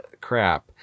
crap